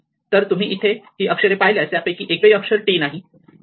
तर तुम्ही इथे ही अक्षरे पाहिल्यास यापैकी एकही अक्षर t नाही